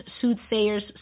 soothsayers